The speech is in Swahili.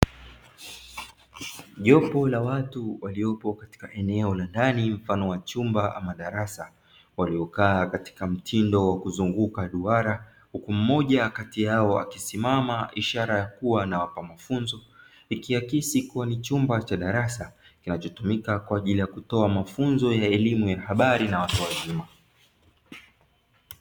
Jopo la watu waliopo katika eneo la ndani mfano wa chumba ama darasa, waliokaa katika mtindo wa kuzunguka duara. Huku mmoja kati yao akisimama ishara ya kuwa anawapa mafunzo, ikiakisi kuwa ni chumba cha darasa kinachotumika kwa ajili ya kutoa mafunzo ya elimu ya habari na watu wazima.